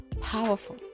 powerful